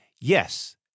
Yes